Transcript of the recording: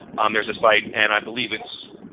um there's a site and i believe it's,